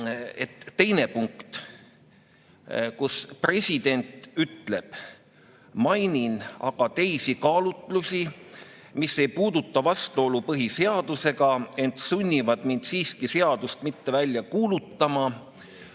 teine punkt, kus president ütleb: "Mainin aga teisi kaalutlusi, mis ei puuduta vastuolu põhiseadusega, ent sunnivad mind siiski seadust mitte välja kuulutama,"